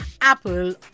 Apple